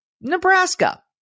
Nebraska